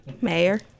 mayor